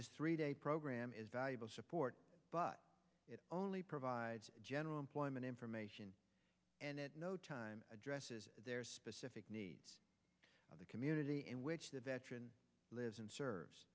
this three day program is valuable support but it only provides general employment information and at no time addresses specific needs of the community in which the veteran lives and serves